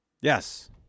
Yes